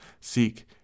seek